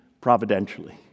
providentially